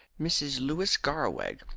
mrs. louis garraweg,